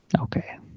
Okay